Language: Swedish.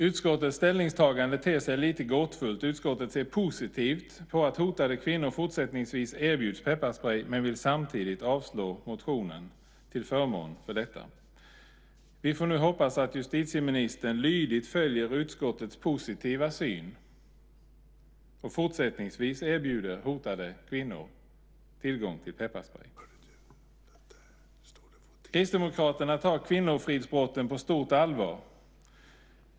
Utskottets ställningstagande ter sig lite gåtfullt. Utskottet ser positivt på att hotade kvinnor fortsättningsvis erbjuds pepparsprej, men vill samtidigt avstyrka motionen till förmån för detta. Vi får nu hoppas att justitieministern lydigt följer utskottets positiva syn och fortsättningsvis erbjuder hotade kvinnor tillgång till pepparsprej. Kristdemokraterna tar kvinnofridsbrotten på stort allvar.